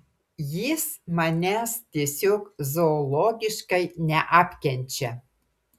jis manęs tiesiog zoologiškai neapkenčia